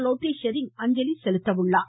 லோட்டே ஷெரீங் அஞ்சலி செலுத்துகிறார்